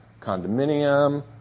condominium